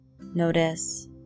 Notice